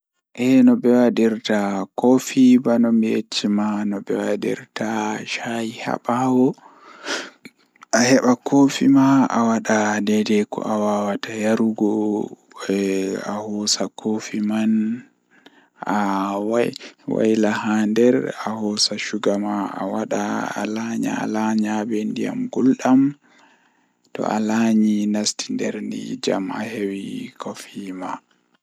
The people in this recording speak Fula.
To ayidi ahawra shayi arandewol kam awada ndiym haa nder koofi deidei ko ayidi yarugo, Nden awadda ganye haako jei be wadirta tea man awaila haa nder awada shuga alanya jam ahebi tea malla shayi ma.